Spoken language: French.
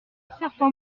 certains